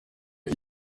iri